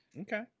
Okay